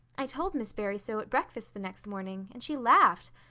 i told miss barry so at breakfast the next morning and she laughed.